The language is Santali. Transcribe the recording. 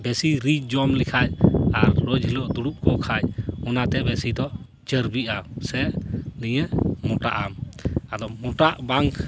ᱵᱮᱥᱤ ᱨᱤᱪ ᱡᱚᱢ ᱞᱮᱠᱷᱟᱱ ᱨᱳᱡᱽ ᱦᱤᱞᱳᱜ ᱫᱩᱲᱩᱵ ᱠᱚᱜ ᱠᱷᱟᱱ ᱚᱱᱟᱛᱮ ᱵᱮᱥᱤ ᱫᱚ ᱪᱚᱨᱵᱤᱜᱼᱟ ᱥᱮ ᱱᱤᱭᱟᱹ ᱢᱚᱴᱟᱜ ᱟᱢ ᱟᱫᱚ ᱢᱚᱴᱟᱜ ᱵᱟᱝ